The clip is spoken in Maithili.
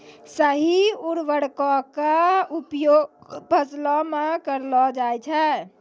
सही उर्वरको क उपयोग फसलो म करलो जाय छै